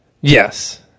Yes